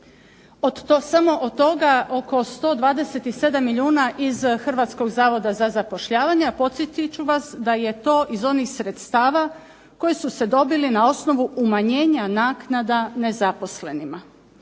od toga oko 127 milijuna iz Hrvatskog zavoda za zapošljavanje, a podsjetit ću vas da je to iz onih sredstava koji su se dobili na osnovu umanjenja naknada nezaposlenima.